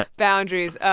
ah boundaries.